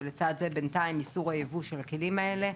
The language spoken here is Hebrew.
ולצד זה, בינתיים, איסור יבוא של הכלים האלה,